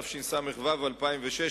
התשס"ו 2006,